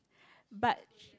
but